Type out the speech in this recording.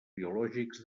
biològics